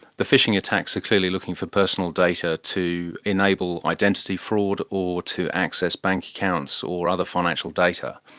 the phishing attacks are clearly looking for personal data to enable identity fraud or to access bank accounts or other financial data.